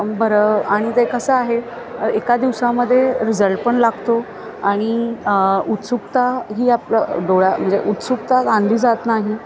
बरं आणि ते कसं आहे एका दिवसामध्ये रिजल्ट पण लागतो आणि उत्सुकता ही आप ल डोळ्या म्हणजे उत्सुकता ताणली जात नाही